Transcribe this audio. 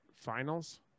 Finals